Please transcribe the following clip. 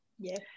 Yes